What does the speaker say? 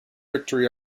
victory